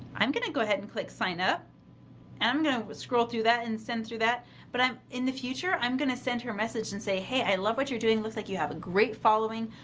i'm going to go ahead and click sign up and i'm going to scroll through that and send through that but i'm in the future, i'm going to send her message and say, hey, i love what you're doing, looks like you have a great following,